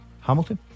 Hamilton